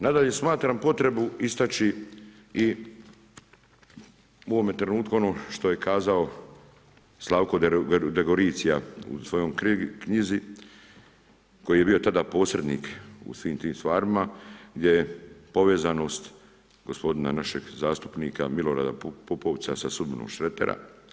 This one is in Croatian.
Nadalje smatram potrebu istaći i u ovome trenutku ono što je kazao Slavko Degoricija u svojoj knjizi koji je bio tada posrednik u svim tim stvarima gdje je povezanost gospodina našeg zastupnika Milorada Pupovca sa sudbinom Šretera.